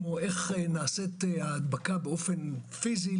כמו איך נעשית ההדבקה באופן פיזי,